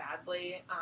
badly